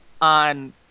on